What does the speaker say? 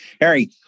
Harry